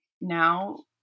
now